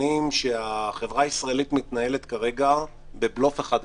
שהחברה הישראלית מתנהלת כרגע בבלוף אחד גדול.